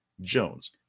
Jones